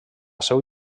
seu